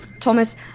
Thomas